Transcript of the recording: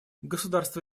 государство